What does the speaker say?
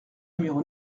numéro